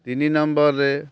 ତିନି ନମ୍ବର୍ରେ